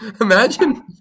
imagine